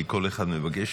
כי כל אחד מבקש,